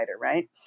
right